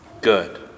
Good